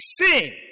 sin